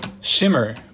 Shimmer